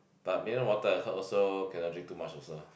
but mineral water I heard also cannot drink too much also